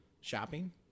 shopping